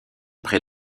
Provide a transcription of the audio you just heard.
près